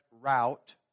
route